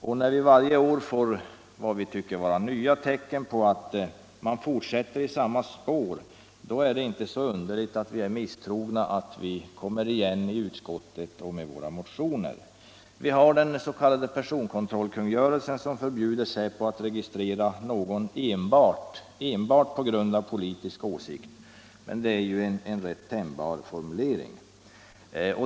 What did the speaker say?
Och när vi varje år får, enligt vår uppfattning, nya tecken på att man fortsätter i samma spår är det inte så underligt att vi är misstrogna, att vi kommer igen i utskottet och med våra motioner. Vi har den s.k. personkontrollkungörelsen, som förbjuder säpo att registrera någon enbart på grund av politisk åsikt, men det är en rätt tänjbar formulering.